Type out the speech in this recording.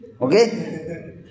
Okay